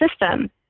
system